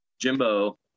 jimbo